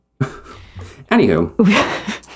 Anywho